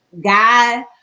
guy